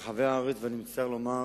ברחבי הארץ, אני מצטער לומר